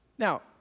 Now